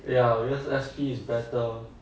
ya because S_P is better